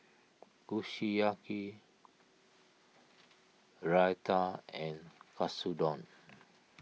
Kushiyaki Raita and Katsudon